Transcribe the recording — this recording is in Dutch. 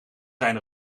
zijn